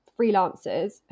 freelancers